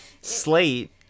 slate